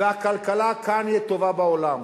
והכלכלה כאן היא הטובה בעולם.